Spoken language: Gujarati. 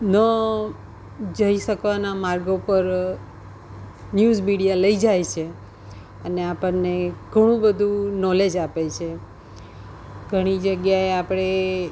ન જઈ શકવાના માર્ગો પર ન્યુઝ મીડિયા લઈ જાય છે અને આપણને ઘણું બધું નોલેજ આપે છે ઘણી જગ્યાએ આપણે